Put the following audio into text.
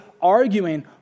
Arguing